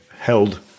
held